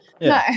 No